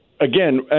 Again